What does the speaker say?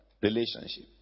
relationship